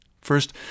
First